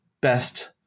best